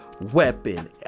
weapon